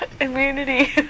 Immunity